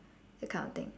that kind of thing